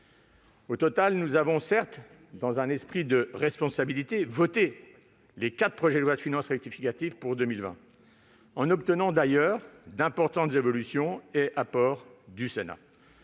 Nous avons certes, dans un esprit de responsabilité, voté les quatre projets de loi de finances rectificative pour 2020, en obtenant d'ailleurs d'importantes évolutions, devenues des apports du Sénat.